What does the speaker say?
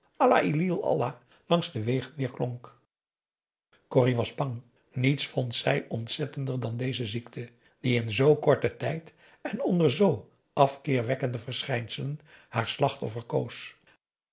allah ill allah langs de wegen weerklonk corrie was bang niets vond zij ontzettender dan deze ziekte die in zoo korten tijd en onder zoo afkeerwekkende verschijnselen haar slachtoffer koos